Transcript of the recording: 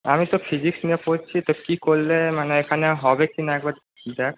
আমি তো ফিজিক্স নিয়ে পড়ছি তো কী করলে মানে এখানে হবে কিনা একবার দেখ